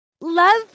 Love